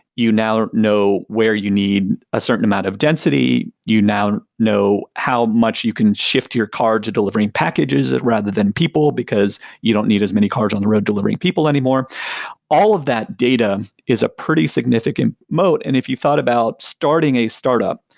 you now know where you need a certain amount of density, you now know how much you can shift your car to delivering packages rather than people, because you don't need as many cars on the road delivering people anymore all of that data is a pretty significant moat. and if you thought about starting a startup,